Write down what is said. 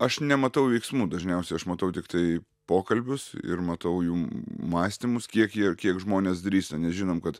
aš nematau veiksmų dažniausiai aš matau tiktai pokalbius ir matau jų mąstymus kiek jie ir kiek žmonės drįsta nes žinom kad